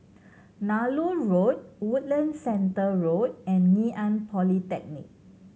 Nallur Road Woodlands Centre Road and Ngee Ann Polytechnic